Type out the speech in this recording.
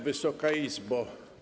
Wysoka Izbo!